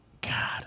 God